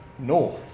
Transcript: North